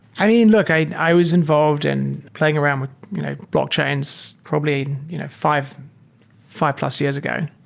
i mean, look, i i was involved in playing around with you know blockchains probably you know five five plus years ago,